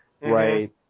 right